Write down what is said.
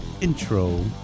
intro